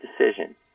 decision